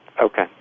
Okay